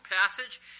passage